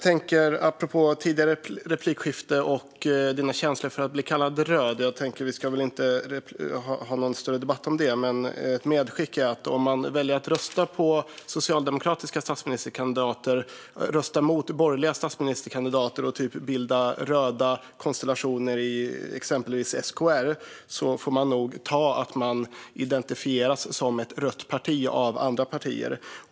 Apropå ett tidigare replikskifte och Jonny Catos känslor inför att bli kallad röd ska vi väl inte ha någon större debatt om det, men ett medskick är att om man väljer att rösta på socialdemokratiska statsministerkandidater, rösta mot borgerliga statsministerkandidater och bilda röda konstellationer i exempelvis SKR får man nog ta att man identifieras som ett rött parti av andra partier.